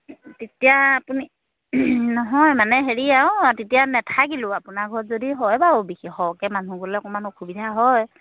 তেতিয়া আপুনি নহয় মানে হেৰি আৰু তেতিয়া নাথাকিলোঁ আপোনাৰ ঘৰত যদি হয় বাৰু বিশেষ সৰহকৈ মানুহ গ'লে অকণমান অসুবিধা হয়